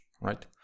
right